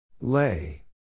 Lay